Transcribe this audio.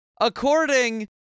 According